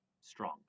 strong